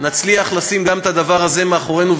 נצליח לשים גם את הדבר הזה מאחורינו,